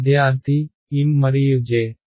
విద్యార్థి M మరియు J